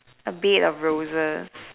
a bed of roses